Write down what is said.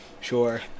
sure